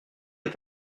est